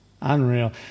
Unreal